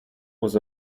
was